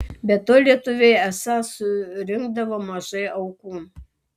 be to lietuviai esą surinkdavo mažai aukų